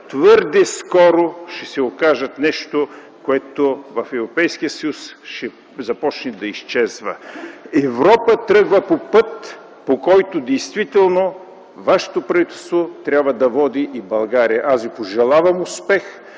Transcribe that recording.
твърде скоро ще се окажат нещо, което в Европейския съюз ще започне да изчезва. Европа тръгва по път, по който действително вашето правителство трябва да води България. Аз Ви пожелавам успех